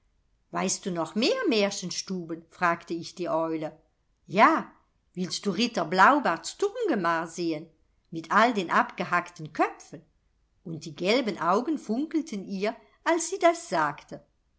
weißt du noch mehr märchenstuben fragte ich die eule ja willst du ritter blaubarts turmgemach sehen mit all den abgehackten köpfen und die gelben augen funkelten ihr als sie das sagte